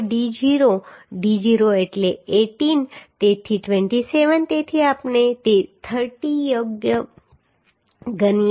5d0 d0 એટલે 18 તેથી 27 તેથી આપણે 30 ને યોગ્ય ગણીએ છીએ